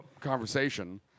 conversation